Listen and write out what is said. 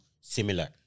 similar